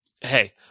hey